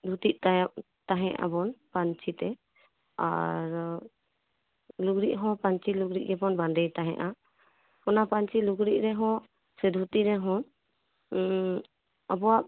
ᱫᱷᱩᱛᱤᱜ ᱛᱟᱦᱮᱸᱜ ᱫᱷᱩᱛᱤᱜ ᱛᱟᱦᱮᱸᱜ ᱟᱵᱚᱱ ᱯᱟᱹᱧᱪᱤᱛᱮ ᱟᱨ ᱞᱩᱜᱽᱲᱤᱡ ᱦᱚᱸ ᱯᱟᱹᱧᱪᱤ ᱞᱩᱜᱽᱲᱤᱡ ᱦᱚᱵᱚᱱ ᱵᱟᱸᱫᱮᱭ ᱛᱟᱦᱮᱱᱟ ᱚᱱᱟ ᱯᱟᱹᱧᱪᱤ ᱞᱩᱜᱽᱲᱤᱡ ᱨᱮᱦᱚᱸ ᱥᱮ ᱫᱷᱩᱛᱤ ᱨᱮᱦᱚᱸ ᱟᱵᱚᱣᱟᱜ